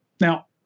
Now